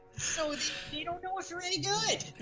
so they don't know if you're any good. and